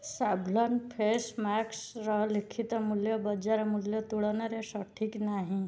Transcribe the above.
Savlon face ମାସ୍କର ଲିଖିତ ମୂଲ୍ୟ ବଜାର ମୂଲ୍ୟ ତୁଳନାରେ ସଠିକ୍ ନାହିଁ